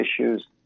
issues